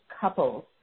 couples